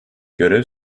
görev